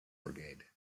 brigade